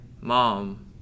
mom